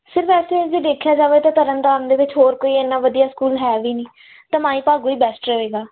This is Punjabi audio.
ਸਰ ਵੈਸੇ ਜੇ ਦੇਖਿਆ ਜਾਵੇ ਤਾਂ ਤਰਨ ਤਾਰਨ ਦੇ ਵਿੱਚ ਹੋਰ ਕੋਈ ਇੰਨਾਂ ਵਧੀਆ ਸਕੂਲ ਹੈ ਵੀ ਨਹੀਂ ਤਾਂ ਮਾਈ ਭਾਗੋ ਹੀ ਬੈਸਟ ਰਹੇਗਾ